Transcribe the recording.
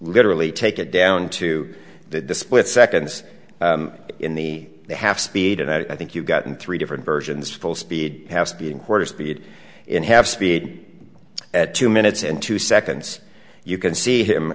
literally take it down to the split seconds in the half speed and i think you've gotten three different versions full speed has been quoted speed in have speed at two minutes and two seconds you can see him